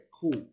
cool